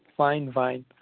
fine fine